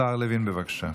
השר לוין, בבקשה.